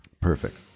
Perfect